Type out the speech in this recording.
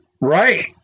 right